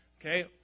okay